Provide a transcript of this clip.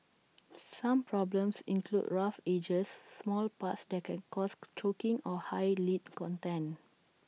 some problems include rough edges small parts that can cause choking or high lead content